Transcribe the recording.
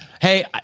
Hey